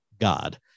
God